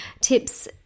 tips